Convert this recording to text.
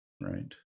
Right